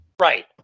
right